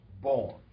born